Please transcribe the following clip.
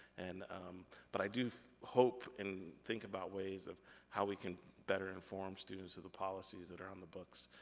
and but i do hope and think about ways of how we can better inform students of the policies that are on the books,